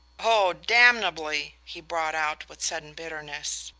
oh, damnably! he brought out with sudden bitterness.